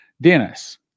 Dennis